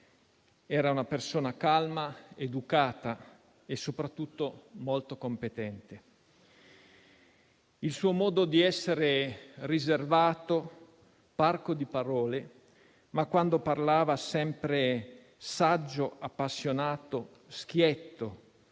era una persona calma, educata e soprattutto molto competente. Il suo modo di essere era quello di un uomo riservato e parco di parole, ma, quando parlava, sempre saggio, appassionato, schietto,